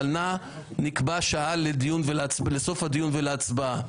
אבל נא נקבע שעה לסוף הדיון ולהצבעה.